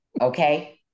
Okay